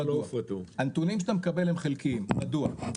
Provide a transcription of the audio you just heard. הנתונים שאתה מקבל הם חלקיים, מדוע?